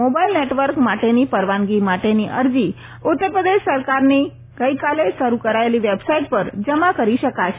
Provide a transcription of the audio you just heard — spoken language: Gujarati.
મોબાઈલ નેટવર્ક માટેની પરવાનગી માટેની અરજી ઉત્તર પ્રદેશ સરકારની ગઈકાલે શરૂ કરાયેલી વેબસાઈટ પર જમા કરી શકાશે